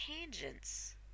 tangents